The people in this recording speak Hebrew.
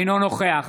אינו נוכח